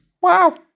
Wow